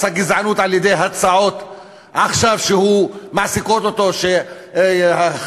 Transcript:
הגזענות על-ידי הצעות שמעסיקות אותו עכשיו,